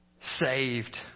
saved